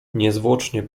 niezwłocznie